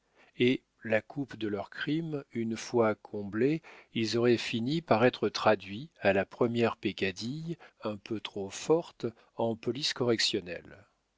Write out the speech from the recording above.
et la coupe de leurs crimes une fois comblée ils auraient fini par être traduits à la première peccadille un peu trop forte en police correctionnelle